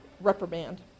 Reprimand